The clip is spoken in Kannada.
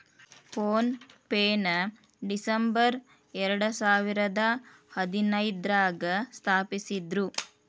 ಫೋನ್ ಪೆನ ಡಿಸಂಬರ್ ಎರಡಸಾವಿರದ ಹದಿನೈದ್ರಾಗ ಸ್ಥಾಪಿಸಿದ್ರು